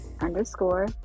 underscore